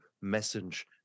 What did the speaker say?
message